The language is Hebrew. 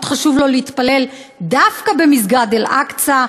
חשוב לו להתפלל דווקא במסגד אל-אקצא,